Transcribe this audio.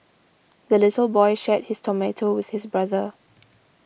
the little boy shared his tomato with his brother